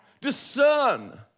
Discern